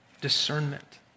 discernment